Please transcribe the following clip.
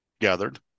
gathered